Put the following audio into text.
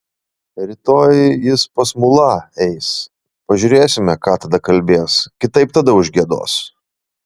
rytoj jis pas mulą eis pažiūrėsime ką tada kalbės kitaip tada užgiedos